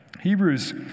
Hebrews